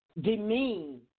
demean